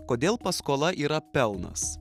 kodėl paskola yra pelnas